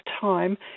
time